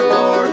Lord